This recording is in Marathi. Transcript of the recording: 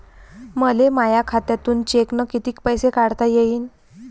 मले माया खात्यातून चेकनं कितीक पैसे काढता येईन?